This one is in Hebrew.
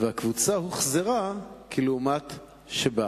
והקבוצה הוחזרה כלעומת שבאה.